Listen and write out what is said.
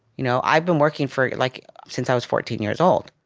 you know i've been working for like since i was fourteen years old.